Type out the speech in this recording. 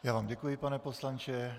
Já vám děkuji, pane poslanče.